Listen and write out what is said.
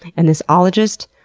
and this ologist,